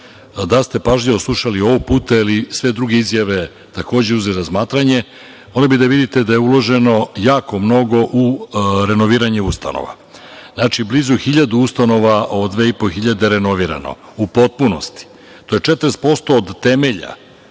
Da ste pažljivo slušali ovog puta ili sve druge izjave takođe uzeli u razmatranje, mogli bi da vidite uloženo jako mnogo u renoviranje ustanova. Znači, blizu 1.000 ustanova od 2.500 je renovirano u potpunosti. To je 40% od temelja,